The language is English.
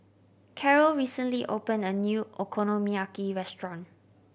Karyl recently opened a new Okonomiyaki restaurant